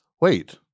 wait